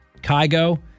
Kygo